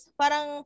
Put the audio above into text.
parang